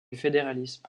fédéralisme